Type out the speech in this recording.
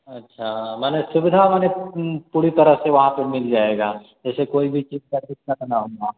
अच्छा माने सुविधा माने पूरी तरह से वहाँ पर मिल जाएगा जैसे कोई भी चीज़ का जिसका नाम ना हो